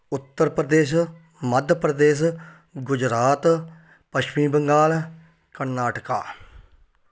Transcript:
ਉੱਤਰ ਪ੍ਰਦੇਸ਼ ਮੱਧ ਪ੍ਰਦੇਸ਼ ਗੁਜਰਾਤ ਪੱਛਮੀ ਬੰਗਾਲ ਕਰਨਾਟਕਾ